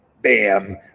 bam